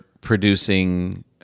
producing